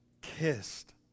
kissed